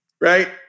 right